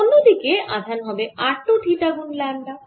অন্য দিকে আধান হবে r 2 থিটা গুন ল্যামডা